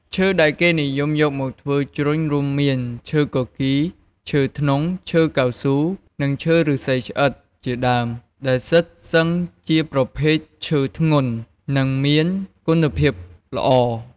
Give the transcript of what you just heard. ឈើដែលគេនិយមយកមកធ្វើជ្រញ់រួមមាន ឈើគគី ឈើធ្នង់ ឈើកៅស៊ូ និងឈើឫស្សីស្អិត ជាដើម ដែលសុទ្ធសឹងជាប្រភេទឈើធ្ងន់ និងមានគុណភាពល្អ។